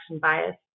bias